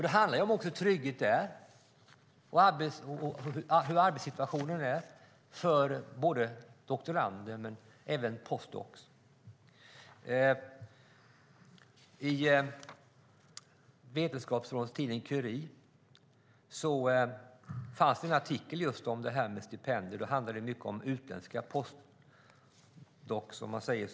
Det handlar om trygghet och om hur arbetssituationen är för doktorander och även för postdoktorer. I Vetenskapsrådets tidning Curie finns en artikel om stipendier. Den handlar till stor del om utländska postdoktorer.